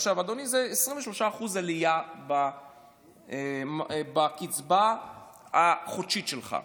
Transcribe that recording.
אדוני, זה 23% עלייה בקצבה החודשית שלך.